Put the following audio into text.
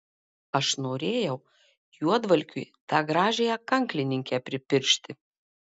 aš norėjau juodvalkiui tą gražiąją kanklininkę pripiršti